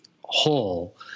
whole